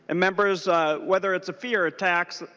and members whether it's a fee or tax